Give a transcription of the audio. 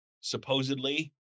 supposedly